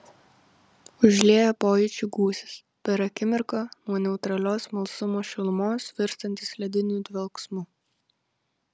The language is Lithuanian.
užlieja pojūčių gūsis per akimirką nuo neutralios smalsumo šilumos virstantis lediniu dvelksmu